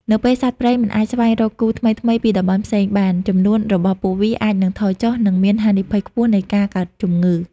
នៅពេលសត្វព្រៃមិនអាចស្វែងរកគូថ្មីៗពីតំបន់ផ្សេងបាន ចំនួនរបស់ពួកវាអាចនឹងថយចុះ និងមានហានិភ័យខ្ពស់នៃការកើតជំងឺ។